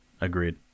Agreed